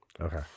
okay